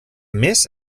més